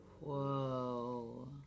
Whoa